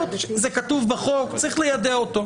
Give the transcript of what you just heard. זה כתוב בחוק, צריך ליידע אותו.